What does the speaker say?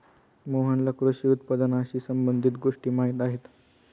मोहनला कृषी उत्पादनाशी संबंधित गोष्टी माहीत आहेत